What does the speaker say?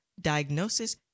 diagnosis